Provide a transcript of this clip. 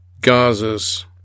Gaza's